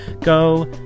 go